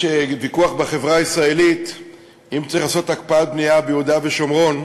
יש ויכוח בחברה הישראלית אם צריכה להיות הקפאת בנייה ביהודה ושומרון,